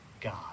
God